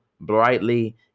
brightly